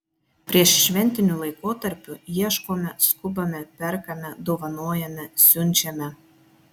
prieššventiniu laikotarpiu ieškome skubame perkame dovanojame siunčiame